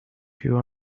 you